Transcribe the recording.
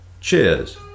cheers